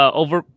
over